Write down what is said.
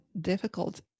difficult